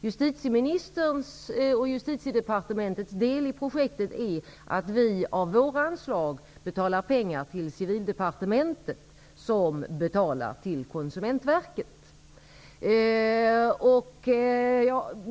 Justitieministerns och Justitiedepartementets del i projektet är att vi av våra anslag överför pengar till Konsumentverket.